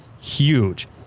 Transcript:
huge